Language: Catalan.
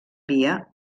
via